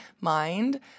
mind